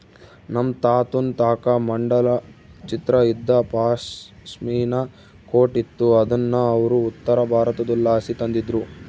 ನಮ್ ತಾತುನ್ ತಾಕ ಮಂಡಲ ಚಿತ್ರ ಇದ್ದ ಪಾಶ್ಮಿನಾ ಕೋಟ್ ಇತ್ತು ಅದುನ್ನ ಅವ್ರು ಉತ್ತರಬಾರತುದ್ಲಾಸಿ ತಂದಿದ್ರು